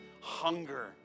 hunger